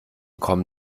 kommen